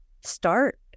start